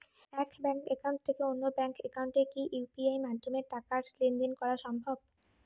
এক bank account থেকে অন্য ব্যাংক একাউন্টে কি ইউ.পি.আই মাধ্যমে টাকার লেনদেন দেন সম্ভব?